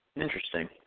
Interesting